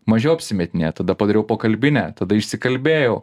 mažiau apsimetinėt tada padariau pagalbinę tada išsikalbėjau